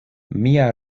mia